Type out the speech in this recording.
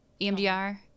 emdr